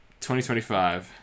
2025